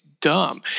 Dumb